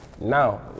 now